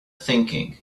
thinking